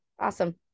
awesome